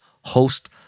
host